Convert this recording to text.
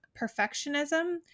perfectionism